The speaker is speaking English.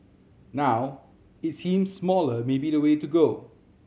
now it seems smaller may be the way to go